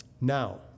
Now